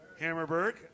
Hammerberg